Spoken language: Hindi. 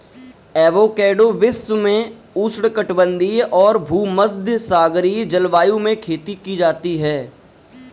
एवोकैडो विश्व में उष्णकटिबंधीय और भूमध्यसागरीय जलवायु में खेती की जाती है